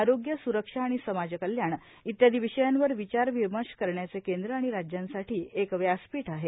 आरोग्य सुरक्षा आणि समाज कल्याण इत्यादी विशयांवर विचार विमर्ष करण्याचे केंद्र आणि राज्यांसाठी एक व्यासपीठ आहे